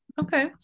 Okay